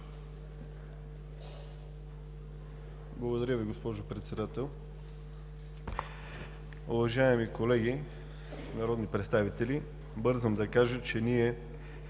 Благодаря Ви, госпожо Председател. Уважаеми колеги народни представители, бързам да кажа, че ние